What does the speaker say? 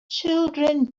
children